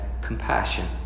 compassion